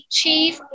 chief